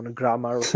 grammar